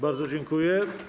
Bardzo dziękuję.